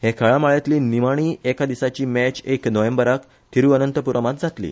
हे खेळामाळेतली निमाणी एका दिसाची मॅच एक नोव्हेंबराक तिरुअनंतपूरमात जातली